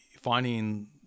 finding